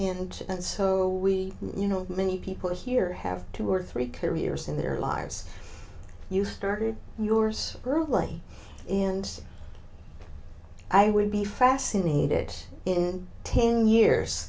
and and so we you know many people here have two or three careers in their lives you started yours early and i would be fascinated in ten